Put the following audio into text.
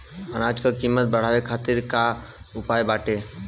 अनाज क कीमत बढ़ावे खातिर का उपाय बाटे?